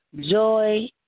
joy